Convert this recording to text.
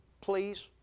please